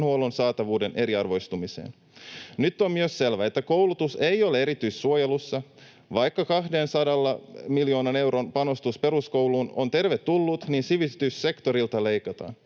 saatavuuden eriarvoistumiseen. Nyt on myös selvää, että koulutus ei ole erityissuojelussa. Vaikka 200 miljoonan euron panostus peruskouluun on tervetullut, niin sivistyssektorilta leikataan.